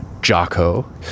Jocko